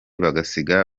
basiga